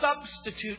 substitute